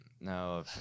no